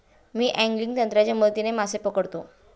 मी angling तंत्राच्या मदतीने मासे पकडतो